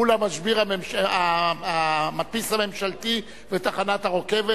מול המדפיס הממשלתי ותחנת הרכבת,